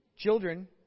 Children